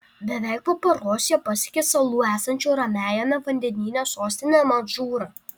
beveik po paros jie pasiekė salų esančių ramiajame vandenyne sostinę madžūrą